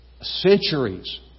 centuries